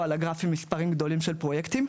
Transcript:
על הגרפים מספרים גדולים של פרויקטים.